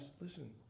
Listen